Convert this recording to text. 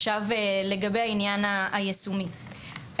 לגבי העניין היישומי,